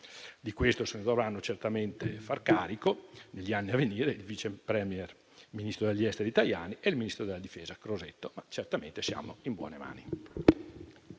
Di questo si dovranno certamente far carico negli anni a venire il vice *premier* e ministro degli esteri Tajani e il ministro della difesa Crosetto, ma certamente siamo in buone mani.